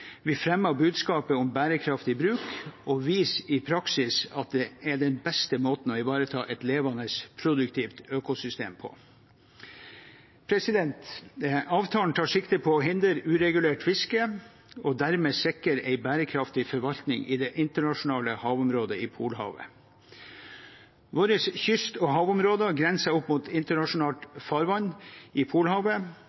Vi fremmer budskapet om bærekraftig bruk og viser i praksis at det er den beste måten å ivareta et levende, produktivt økosystem på. Avtalen tar sikte på å hindre uregulert fiske og dermed sikre en bærekraftig forvaltning i det internasjonale havområdet i Polhavet. Våre kyst- og havområder grenser opp mot internasjonalt